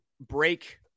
break